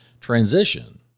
Transition